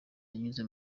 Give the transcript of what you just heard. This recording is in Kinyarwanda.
yanyuze